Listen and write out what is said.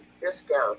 discount